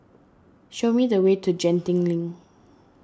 show me the way to Genting Link